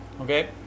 Okay